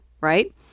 right